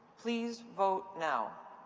please vote now.